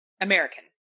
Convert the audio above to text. American